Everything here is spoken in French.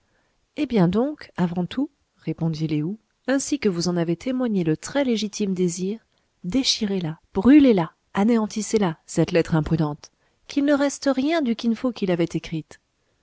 eh bien donc avant tout répondit lé ou ainsi que vous en avez témoigné le très légitime désir déchirez la brûlez la anéantissez la cette lettre imprudente qu'il ne reste rien du kin fo qui l'avait écrite